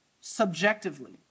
subjectively